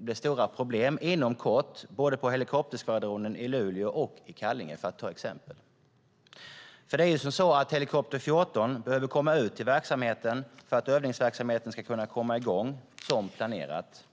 med stora problem inom kort både på helikopterskvadronen i Luleå och i Kallinge. Helikopter 14 behöver komma ut till verksamheten för att övningsverksamheten ska kunna komma i gång som planerat.